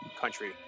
country